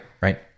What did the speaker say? right